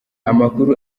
amakuru